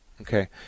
Okay